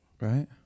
Right